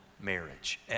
Marriage